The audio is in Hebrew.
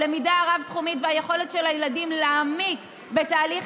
הלמידה הרב-תחומית והיכולת של הילדים להעמיק בתהליך